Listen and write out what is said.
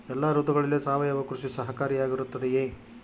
ಎಲ್ಲ ಋತುಗಳಲ್ಲಿ ಸಾವಯವ ಕೃಷಿ ಸಹಕಾರಿಯಾಗಿರುತ್ತದೆಯೇ?